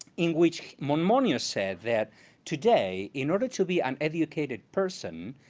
in which monmonier said that today, in order to be an educated person,